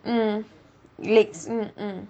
mm legs mm mm